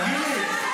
תגיד לי,